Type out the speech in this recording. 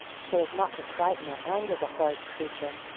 so as not to frighten or anger the horrid creature,